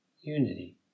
unity